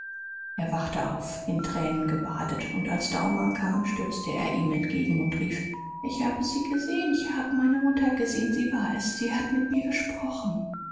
er wachte auf in tränen gebadet und als daumer kam stürzte er ihm entgegen und rief ich hab sie gesehen ich habe meine mutter gesehen sie war es sie hat mit mir gesprochen